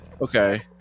Okay